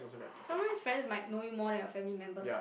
sometimes friends might know you more than your family members